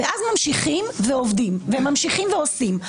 ואז ממשיכים ועובדים, וממשיכים ועושים.